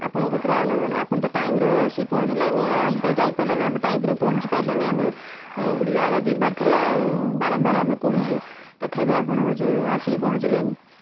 ଆପଣଙ୍କ କତିରୁ ଆଉ ନେବାନି ଆପଣ ତ ଟାଇମ୍ରେ ଆସି ପହଞ୍ଚିଲେନି ଆଉ ଆମେ ତ ଯାଇପାରିଲୁନି ଆମର ଟାଇମ୍ରେ ପହଞ୍ଚିପାରିଲୁନି ଆମର ଗୋଟେ ଜାଗା ଯିବାର ଥିଲା ଆଉ ବାରମ୍ବାର ଆମେ କହିଛୁ ତଥାପି ଆପଣ ହେଉଛୁ ଆସିକି ପହଞ୍ଚିଲେନି